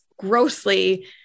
Grossly